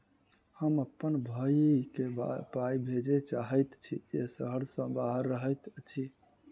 हम अप्पन भयई केँ पाई भेजे चाहइत छि जे सहर सँ बाहर रहइत अछि